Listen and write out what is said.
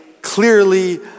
clearly